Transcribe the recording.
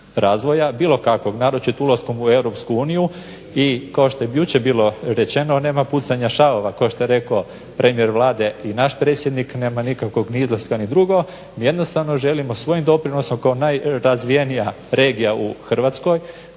razvoja bilo kakvog naročito ulaskom u EU i kao što je jučer bilo rečeno nema pucanja šavova kao što je rekao premijer Vlade i naš predsjednik, nema nikakvog izlaska ni drugo. Mi jednostavno želimo svojim doprinosom kao najrazvijenija regija u Hrvatskoj